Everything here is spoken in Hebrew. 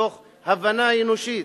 מתוך הבנה אנושית,